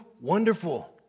wonderful